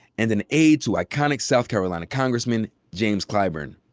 and an aide to iconic south carolina congressman james clyburn.